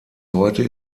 heute